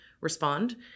respond